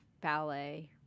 ballet